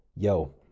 Yo